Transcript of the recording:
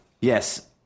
yes